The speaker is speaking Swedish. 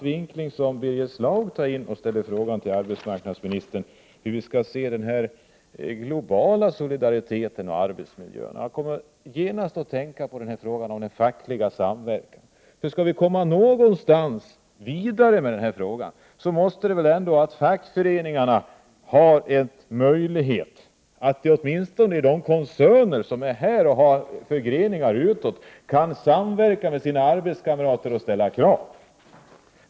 Birger Schlaug ställer frågan till arbetsmarknadsministern hur vi skall se på arbetsmiljön och den globala solidariteten. Det är en intressant vinkling. Jag kommer genast att tänka på frågan om facklig samverkan. Om vi skall komma vidare med denna fråga måste medlemmarna i fackföreningarna ha en möjlighet, åtminstone i de koncerner som finns här och har förgreningar utåt, att samverka med sina arbetskamrater och ställa krav.